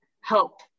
help